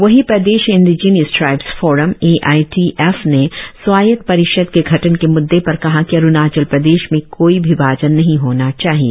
वही प्रदेश indigenous tribes forum A I T F ने स्वायत्त परिषद के गठन के म्द्दे पर कहा की अरुणाचल प्रदेश में कोई विभाजन नही होना चाहिए